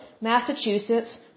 Massachusetts